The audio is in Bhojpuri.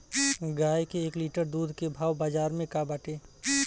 गाय के एक लीटर दूध के भाव बाजार में का बाटे?